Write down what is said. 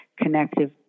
Connective